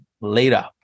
later